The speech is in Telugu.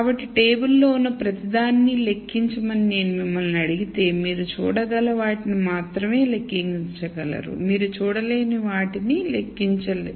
కాబట్టి టేబుల్ లో ఉన్న ప్రతిదానిని లెక్కించమని నేను మిమ్మల్ని అడిగితే మీరు చూడగల వాటిని మాత్రమే లెక్కించగలరుమీరు చూడలేని వాటిని మీరు లెక్కించలరు